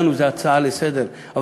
לנו זה הצעה לסדר-היום,